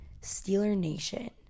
Steelernation